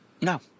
No